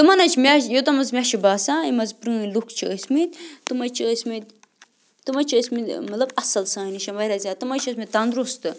تِمَن حظ چھِ یوٚتام حظ مےٚ چھِ باسان یِم حظ پرٛٲنۍ لُکھ چھِ ٲسۍمٕتۍ تِم حظ چھِ ٲسۍمٕتۍ تِم حظ چھِ ٲسۍمٕتۍ مطلب اَصٕل سانہِ نِش واریاہ زیادٕ تِم حظ چھِ ٲسۍمٕتۍ تنٛدرُستہٕ